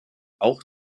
auch